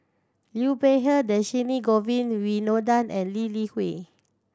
Liu Peihe Dhershini Govin Winodan and Lee Li Hui